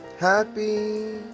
Happy